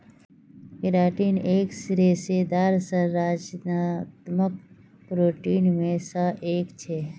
keratin एक रेशेदार संरचनात्मक प्रोटीन मे स एक छेक